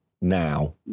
now